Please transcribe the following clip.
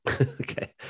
Okay